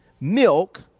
milk